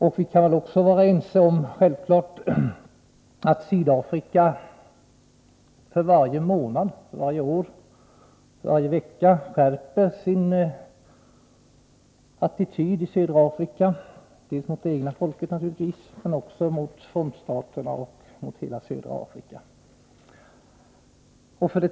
Vi kan självfallet också vara ense om att Sydafrika för varje vecka, månad och år skärper sin attityd i Sydafrika dels mot det egna folket, dels mot frontstaterna och hela södra Afrika.